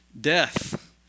Death